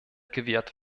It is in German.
gewährt